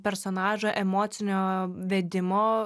personažui emocinio vedimo